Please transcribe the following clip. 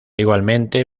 igualmente